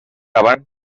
abans